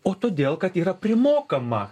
o todėl kad yra primokama